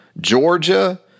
Georgia